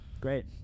Great